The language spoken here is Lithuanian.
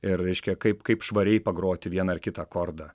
ir reiškia kaip kaip švariai pagroti vieną ar kitą akordą